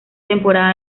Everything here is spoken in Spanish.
temporada